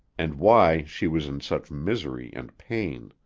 and why she was in such misery and pain.